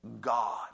God